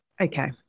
Okay